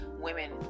women